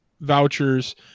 vouchers